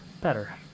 Better